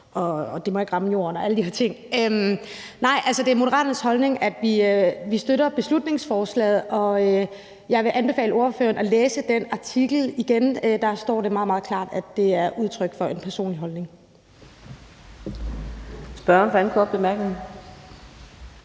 ikke måtte ramme jorden og alle de her ting. Altså, det er Moderaternes holdning, at vi støtter beslutningsforslaget, og jeg vil anbefale ordføreren at læse den artikel igen. Der står det meget, meget klart, at det er udtryk for en personlig holdning. Kl. 10:26 Fjerde